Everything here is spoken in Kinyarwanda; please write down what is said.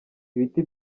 ibiti